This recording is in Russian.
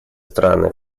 страны